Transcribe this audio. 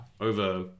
over